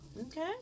okay